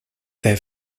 their